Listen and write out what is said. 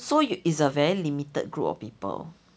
so it's a very limited group of people